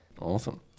Awesome